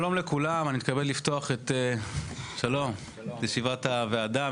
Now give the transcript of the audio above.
שלום לכולם, אני מתכבד לפתוח את ישיבת הוועדה.